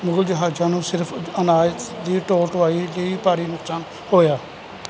ਮੁਗ਼ਲ ਜਹਾਜ਼ਾਂ ਨੂੰ ਸਿਰਫ ਅਨਾਜ ਦੀ ਢੋਆ ਢੁਆਈ ਲਈ ਭਾਰੀ ਨੁਕਸਾਨ ਹੋਇਆ